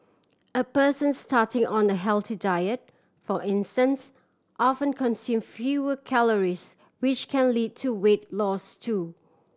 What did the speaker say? a person starting on a healthy diet for instance often consume fewer calories which can lead to weight loss too